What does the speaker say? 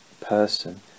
person